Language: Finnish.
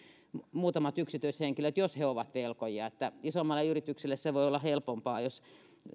muutamat yksityishenkilöt jos he ovat velkojia että isommalle yritykselle se voi olla helpompaa jos